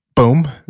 Boom